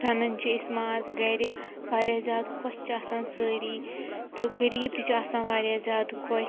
رَنان چھِ أسۍ ماز گَھرِ واریاہ زیادٕ خۄش چھِ آسان سٲری تہٕ غریٖب تہِ چھِ آسان واریاہ زیادٕ خۄش